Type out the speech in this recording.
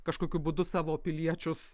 kažkokiu būdu savo piliečius